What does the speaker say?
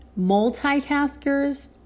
multitaskers